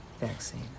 vaccine